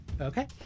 okay